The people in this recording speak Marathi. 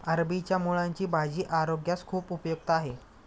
अरबीच्या मुळांची भाजी आरोग्यास खूप उपयुक्त आहे